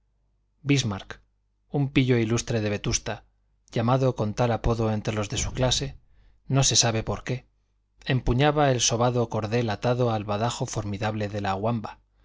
bismarck un pillo ilustre de vetusta llamado con tal apodo entre los de su clase no se sabe por qué empuñaba el sobado cordel atado al badajo formidable de la wamba